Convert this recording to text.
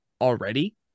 already